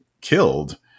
killed